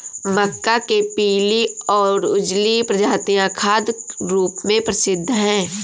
मक्का के पीली और उजली प्रजातियां खाद्य रूप में प्रसिद्ध हैं